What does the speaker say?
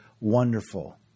Wonderful